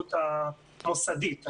לתרבות המוסדית.